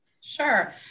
Sure